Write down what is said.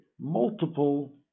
multiple